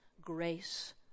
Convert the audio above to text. grace